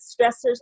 stressors